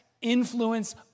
influence